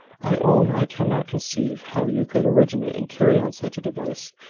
i own i cannot conceive how you could originate and carry on such a device.